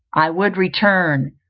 i would return,